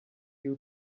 few